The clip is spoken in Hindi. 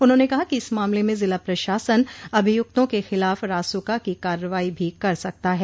उन्होंने कहा कि इस मामले में जिला प्रशासन अभियुक्तों के खिलाफ रासुका की कार्रवाई भी कर सकता है